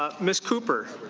ah ms. cooper,